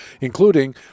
including